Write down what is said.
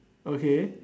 okay